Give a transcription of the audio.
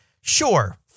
Sure